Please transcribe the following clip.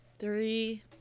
three